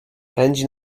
pędzi